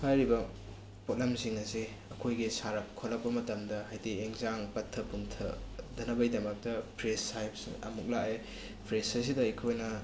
ꯍꯥꯏꯔꯤꯕ ꯄꯣꯠꯂꯝꯁꯤꯡ ꯑꯁꯤ ꯑꯩꯈꯣꯏꯒꯤ ꯁꯥꯔꯛ ꯈꯣꯠꯂꯛꯄ ꯃꯇꯝꯗ ꯍꯥꯏꯗꯤ ꯏꯟꯁꯥꯡ ꯄꯠꯊ ꯄꯨꯝꯊꯗꯅꯕꯩꯗꯃꯛꯇ ꯐ꯭ꯔꯤꯖ ꯍꯥꯏꯕꯁꯨ ꯑꯃꯨꯛ ꯂꯥꯛꯑꯦ ꯐ꯭ꯔꯤꯖ ꯑꯁꯤꯗ ꯑꯩꯈꯣꯏꯅ